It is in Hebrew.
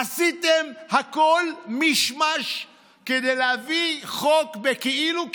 עשיתם הכול מיש-מש כדי להביא חוק בכאילו,